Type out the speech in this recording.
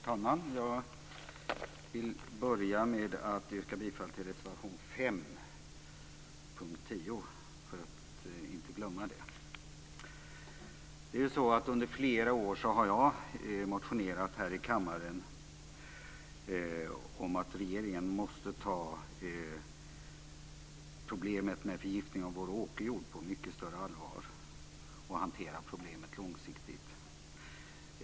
Fru talman! Jag vill börja med att yrka bifall till reservation 5 under punkt 10, för att inte glömma det. Under flera år har jag här i kammaren motionerat om att regeringen måste ta problemet med förgiftningen av vår åkerjord på mycket större allvar och hantera problemet långsiktigt.